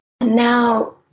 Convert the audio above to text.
now